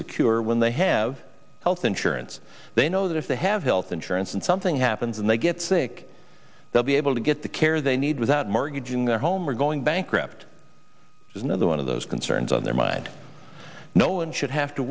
secure when they have health insurance they know that if they have health insurance and something happens and they get sick they'll be able to get the care they need without mortgaging their home or going bankrupt is another one of those concerns on their mind no one should have to